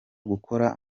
gukora